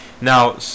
Now